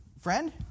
Friend